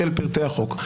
של פרטי החוק.